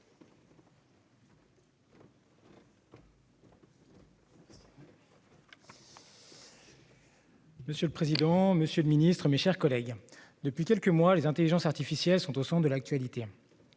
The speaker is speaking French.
Monsieur le président, monsieur le ministre, mes chers collègues, depuis quelques mois, les intelligences artificielles sont au centre de l'actualité.